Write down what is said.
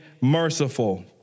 merciful